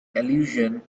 allusion